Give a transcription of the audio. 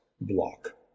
block